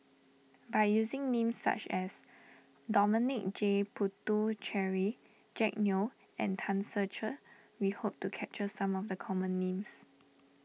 by using names such as Dominic J Puthucheary Jack Neo and Tan Ser Cher we hope to capture some of the common names